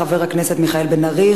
חבר הכנסת מיכאל בן-ארי,